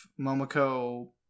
momoko